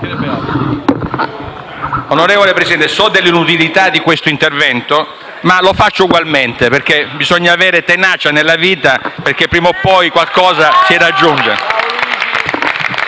Onorevole Presidente, so dell'inutilità di questo intervento, ma lo faccio ugualmente, perché bisogna avere tenacia nella vita: prima o poi qualche